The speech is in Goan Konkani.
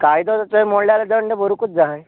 कायदो जर मोडला जाल्यार दंड भरुंकूच जाय